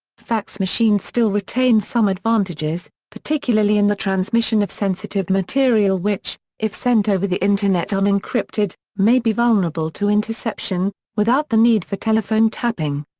fax machines still retain some advantages, particularly in the transmission of sensitive material which, if sent over the internet unencrypted, may be vulnerable to interception, without the need for telephone tapping.